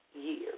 year